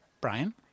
Brian